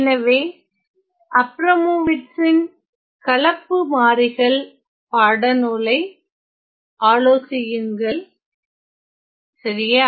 எனவே அப்ரமோவிட்ஸின் கலப்பு மாறிகள் பாடநூலை ஆலோசியுங்கள் சரியா